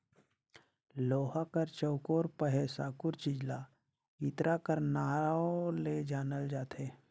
लोहा कर चउकोर पहे साकुर चीज ल इरता कर नाव ले जानल जाथे